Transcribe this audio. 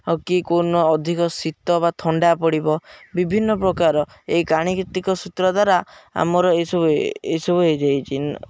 ଆଉ କି କେଉଁଦିନ ଅଧିକ ଶୀତ ବା ଥଣ୍ଡା ପଡ଼ିବ ବିଭିନ୍ନ ପ୍ରକାର ଏଇ ଗାଣିତିକ ସୂତ୍ର ଦ୍ୱାରା ଆମର ଏସବୁ ଏସବୁ ହେଇଯାଇଛି